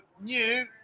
new